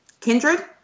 Kindred